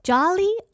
Jolly